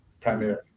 primarily